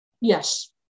yes